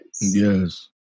Yes